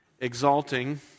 exalting